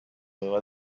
aveva